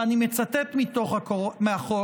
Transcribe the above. ואני מצטט מהחוק,